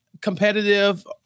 competitive